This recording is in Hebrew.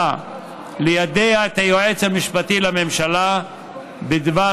המוצע ליידע את היועץ המשפטי לממשלה בדבר